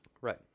Right